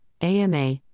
AMA